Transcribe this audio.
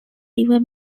river